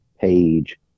page